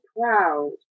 proud